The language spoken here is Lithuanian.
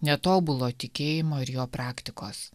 netobulo tikėjimo ir jo praktikos